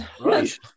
Right